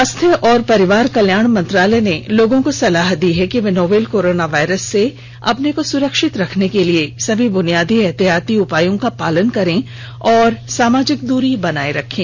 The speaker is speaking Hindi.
स्वास्थ्य और परिवार कल्याण मंत्रालय ने लोगों को सलाह दी है कि वे नोवल कोरोना वायरस से अपने को सुरक्षित रखने के लिए सभी बुनियादी एहतियाती उपायों का पालन करें और सामाजिक दूरी बनाए रखें